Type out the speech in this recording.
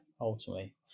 ultimately